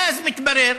ואז מתברר